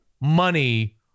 money